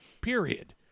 period